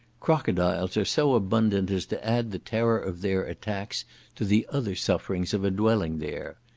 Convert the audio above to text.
crocodiles are so abundant as to add the terror of their attacks to the other sufferings of a dwelling there.